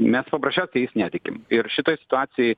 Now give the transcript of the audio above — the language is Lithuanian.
mes paprasčiausiai jais netikim ir šitoj situacijoj